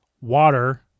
water